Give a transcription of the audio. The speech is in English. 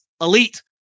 elite